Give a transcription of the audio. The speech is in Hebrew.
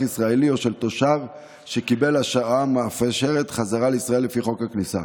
ישראלי או של תושב שקיבל אשרה המאפשרת חזרה לישראל לפי חוק הכניסה.